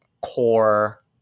core